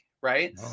right